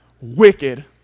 wicked